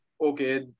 okay